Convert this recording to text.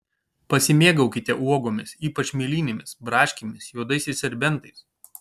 pasimėgaukite uogomis ypač mėlynėmis braškėmis juodaisiais serbentais